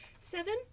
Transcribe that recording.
seven